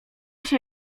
się